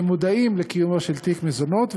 שמודעים לקיומו של תיק מזונות,